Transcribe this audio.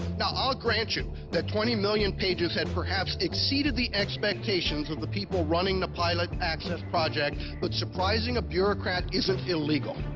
now, i'll guarantee you that twenty million pages had perhaps exceeded the expectations of the people running the pilot access project but surprising a beaurocrat isn't illegal.